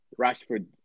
Rashford